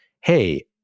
hey